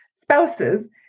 spouses